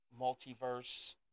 multiverse